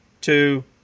two